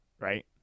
right